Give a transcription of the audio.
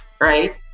right